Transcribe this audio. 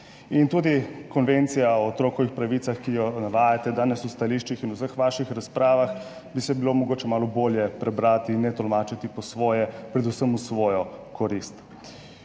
in tudi Konvencijo o otrokovih pravicah, ki jo navajate danes v stališčih in v vseh vaših razpravah, bi bilo treba mogoče malo bolje prebrati in ne tolmačiti po svoje, predvsem v svojo korist.